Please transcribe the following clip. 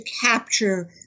capture